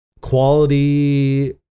quality